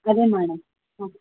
అదే మేడం ఆ